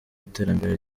iterambere